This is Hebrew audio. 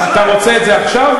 אתה רוצה את זה עכשיו?